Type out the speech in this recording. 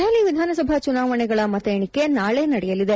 ದೆಹಲಿ ವಿಧಾನಸಭಾ ಚುನಾವಣೆಗಳ ಮತ ಎಣಿಕೆ ನಾಳೆ ನಡೆಯಲಿದೆ